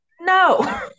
no